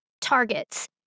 Targets